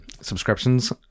subscriptions